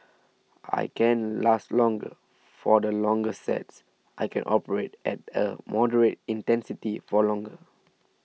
I can last longer for the longer sets I can operate at a moderate intensity for longer